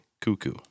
cuckoo